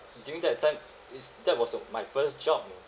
during that time it's that was a my first job you know